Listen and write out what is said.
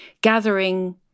gathering